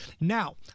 now